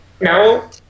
No